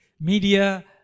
media